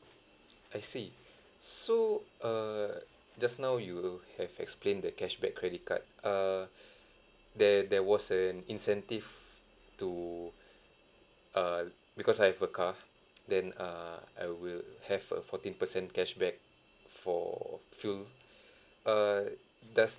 I see so err just now you have explained the cashback credit card err there there was an incentive to uh because I have a car then uh I will have a fourteen percent cashback for fuel err does